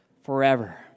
forever